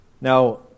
Now